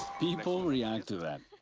people react to that.